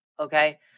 Okay